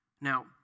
Now